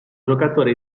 giocatore